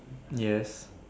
yes